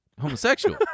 homosexual